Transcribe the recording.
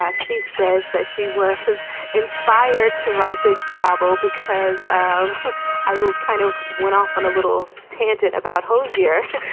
yeah she says that she was inspired to write this drabble because um i will kind of went off on a little tangent about hozier,